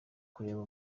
kureba